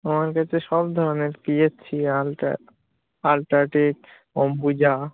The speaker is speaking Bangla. আমার কাছে সব ধরনের বিএইচসি আলট্রা আলট্রাটেক অম্বুজা